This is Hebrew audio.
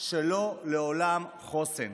שלא לעולם חוסן.